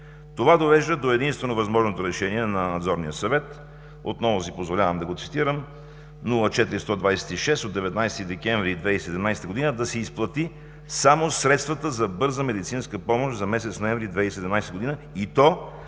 Това довежда до единствено възможното Решение на Надзорния съвет, отново си позволявам да го цитирам – 04-126 от 19 декември 2017 г. да се изплатят само средствата за бърза медицинска помощ за месец ноември 2017 г. и то